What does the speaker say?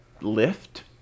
lift